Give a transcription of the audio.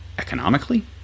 Economically